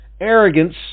arrogance